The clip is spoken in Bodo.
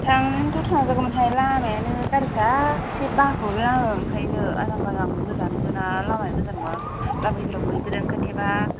थांनाया थ थांजागौ मोन हाय लामायानो गाज्रि थार एसे बाहरो आं आंखायनो आजां आजां गोजांबोना लामाया मोजां नङा गामिफ्राव मैदेर आंखारथेबा